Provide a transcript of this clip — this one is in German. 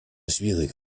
schwierige